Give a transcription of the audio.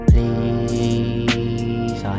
Please